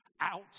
out